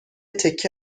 تکه